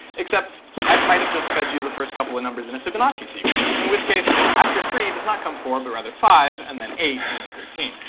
except i might have just fed you the first couple of numbers and a fibonacci sequence, in which case after three does not come four but rather five and then eight and then thirteen.